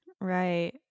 right